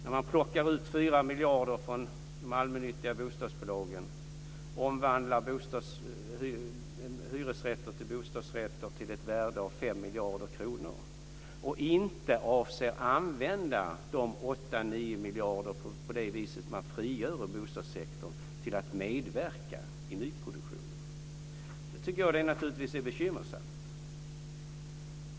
När man plockar ut 4 miljarder från de allmännyttiga bostadsbolagen, omvandlar hyresrätter till bostadsrätter till ett värde av 5 miljarder kronor och inte avser att använda de 8-9 miljarder man på detta vis frigör ur bostadssektorn till nyproduktion tycker jag naturligtvis att det är bekymmersamt.